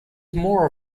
more